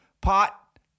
pot